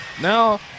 now